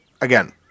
Again